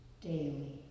daily